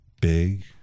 big